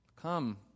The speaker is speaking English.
come